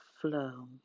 flow